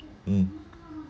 mm